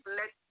let